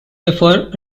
before